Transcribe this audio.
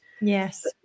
yes